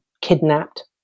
kidnapped